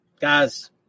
Guys